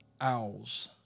owls